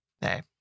hey